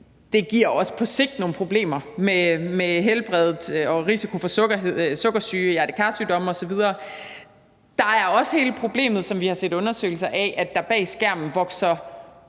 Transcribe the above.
Det giver også på sigt nogle problemer med helbredet og en risiko for sukkersyge, hjerte-kar-sygdomme osv. Der er også hele problemet, som vi har set undersøgelser af, med, at der bag skærmen vokser